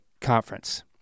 conference